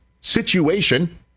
situation